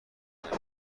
سیاره